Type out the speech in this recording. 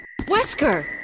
Wesker